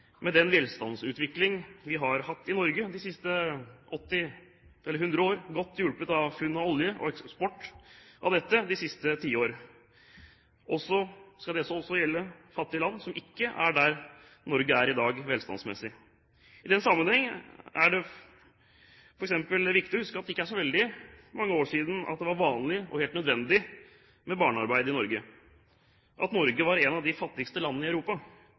med den velstandsutvikling vi har hatt i Norge de siste 80 eller 100 årene, godt hjulpet av funn av olje og eksport av denne de siste ti årene, også gjelde fattige land, som ikke er der Norge er i dag velstandsmessig? I den sammenheng er det f.eks. viktig å huske at det ikke er så veldig mange år siden det var vanlig og helt nødvendig med barnearbeid i Norge, at Norge var et av de fattigste landene i Europa.